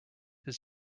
his